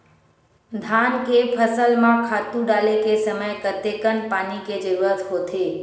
धान के फसल म खातु डाले के समय कतेकन पानी के जरूरत होथे?